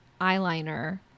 eyeliner